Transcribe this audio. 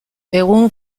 egun